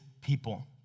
people